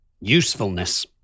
usefulness